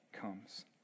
comes